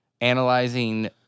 analyzing